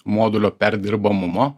modulio perdirbamumo